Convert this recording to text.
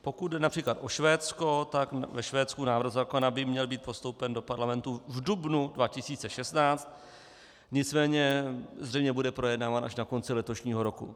Pokud jde například o Švédsko, tak ve Švédsku by návrh zákona měl být postoupen do Parlamentu v dubnu 2016, nicméně zřejmě bude projednáván až na konci letošního roku.